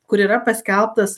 kur yra paskelbtas